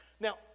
Now